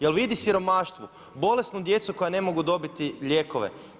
Je li vidi siromaštvo, bolesnu djecu koja ne mogu dobiti lijekove?